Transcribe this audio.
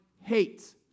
hate